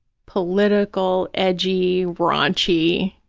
political, edgy, raunchy,